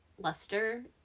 luster